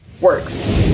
works